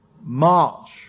march